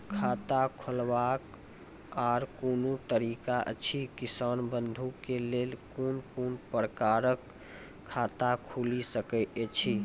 खाता खोलवाक आर कूनू तरीका ऐछि, किसान बंधु के लेल कून कून प्रकारक खाता खूलि सकैत ऐछि?